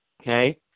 okay